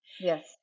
yes